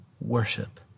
Worship